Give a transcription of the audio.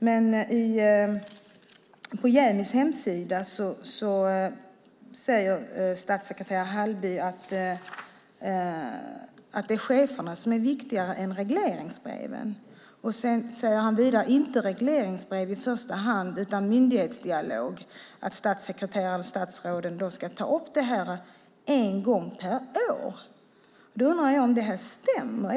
Men på JämO:s hemsida säger statssekreterare Hallerby att det är cheferna som är viktigare än regleringsbreven. Han säger vidare att det inte i första hand handlar om regleringsbrev utan om myndighetsdialog och att statssekreterarna ska ta upp det en gång per år. Jag undrar om det stämmer.